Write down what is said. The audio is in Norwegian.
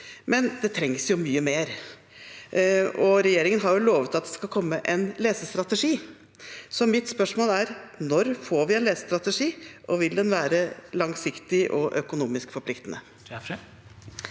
men det trengs jo mye mer, og regjeringen har lovet at det skal komme en lesestrategi. Så mitt spørsmål er: Når får vi en lesestrategi, og vil den være langsiktig og økonomisk forpliktende?